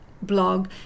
blog